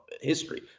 History